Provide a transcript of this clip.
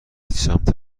سمت